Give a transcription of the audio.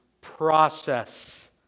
process